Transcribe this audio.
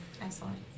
Excellent